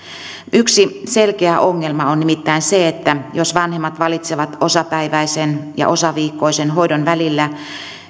yksi selkeä ongelma on nimittäin se että jos vanhemmat valitsevat osapäiväisen ja osaviikkoisen hoidon välillä